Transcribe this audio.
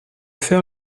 faire